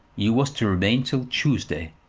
you was to remain till tuesday.